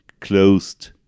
closed